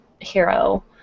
hero